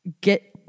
Get